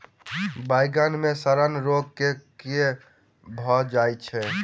बइगन मे सड़न रोग केँ कीए भऽ जाय छै?